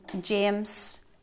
James